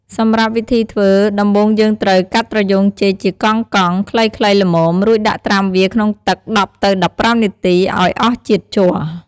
សម្រាប់វិធីធ្វើ ដំបូងយើងត្រូវ កាត់ត្រយូងចេកជាកង់ៗ ខ្លីៗល្មម រួចដាក់ត្រាំវាក្នុងទឹក១០ទៅ១៥នាទីអោយអស់ជាតិជ័រ។